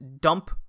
Dump